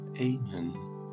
amen